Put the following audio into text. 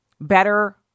Better